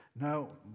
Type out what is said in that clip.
Now